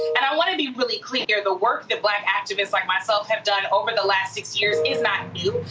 and i wanna be really clear. the work that black activists like myself have done over the last six years is not new,